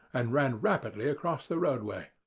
and ran rapidly across the roadway.